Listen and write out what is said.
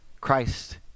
Christ